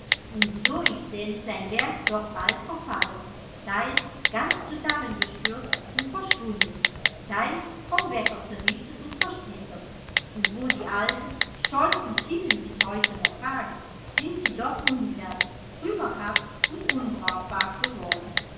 und so ist denn sein werk doch bald verfallen teils ganz zusammengestürzt und verschwunden teils vom wetter zerrissen und zersplittert und wo die alten stolzen zinnen bis heute noch ragen sind sie doch ungleich trümmerhaft und unbrauchbar geworden